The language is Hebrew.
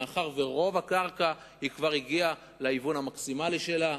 מאחר שרוב הקרקע כבר הגיעה להיוון המקסימלי שלה.